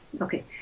okay